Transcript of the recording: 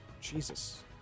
Jesus